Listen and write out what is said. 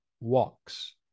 walks